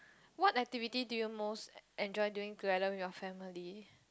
what activity do you most enjoy doing together with your family